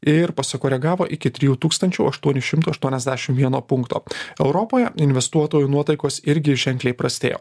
ir pasikoregavo iki trijų tūkstančių aštuonių šimtų aštuoniasdešim vieno punkto europoje investuotojų nuotaikos irgi ženkliai prastėjo